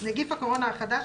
"נגיף הקורונה החדש,